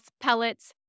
pellets